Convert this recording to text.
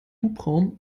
hubraum